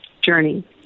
journey